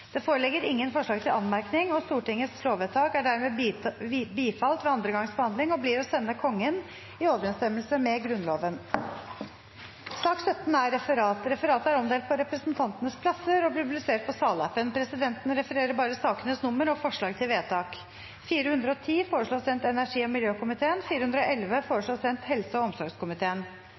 Det foreligger ingen forslag til anmerkning. Stortingets lovvedtak er dermed bifalt ved andre gangs behandling og blir å sende Kongen i overensstemmelse med Grunnloven. Dermed er dagens kart ferdigbehandlet. Forlanger noen ordet før møtet heves? – Så synes ikke, og møtet er